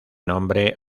nombre